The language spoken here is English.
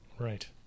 Right